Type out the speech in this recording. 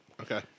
Okay